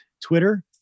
Twitter